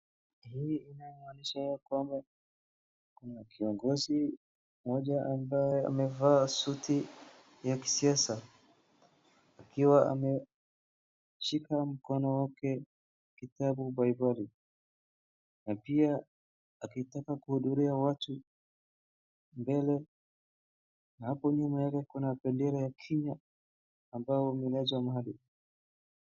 Hii inaonyesha ya kwamba kuna kiongozi mmoja ambaye amevaa suti ya kisiasa, akiwa ameshika mkono wake mkono bible na pia akitaka kuhudhuria watu mbele na hapo nyuma yake kuna bendera ya Kenya ambaye imeegezwa mahali.